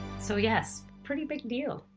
so yes, pretty big deal.